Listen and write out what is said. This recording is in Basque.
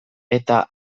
eta